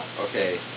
okay